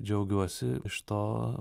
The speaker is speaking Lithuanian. džiaugiuosi iš to